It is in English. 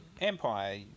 Empire